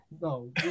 no